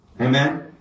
Amen